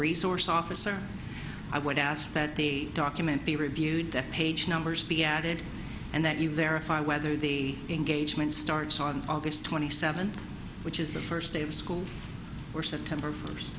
resource officer i would ask that the document be reviewed that page numbers be added and that you verify whether the engagement starts on august twenty seventh which is the first day of school or september first